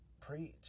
preach